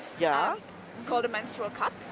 yeah called a menstrual cup.